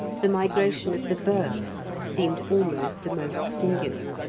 the migration of the birds seemed almost the most singular.